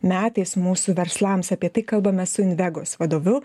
metais mūsų verslams apie tai kalbamės su invegos vadovu